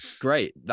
Great